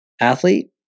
athlete